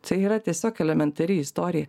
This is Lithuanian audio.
tai yra tiesiog elementari istorija